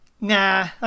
Nah